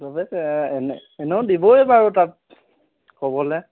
চবে এনে এনেও দিবই বাৰু তাত ক'বলৈ